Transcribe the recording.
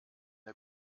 der